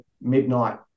midnight